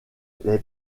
les